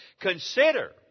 consider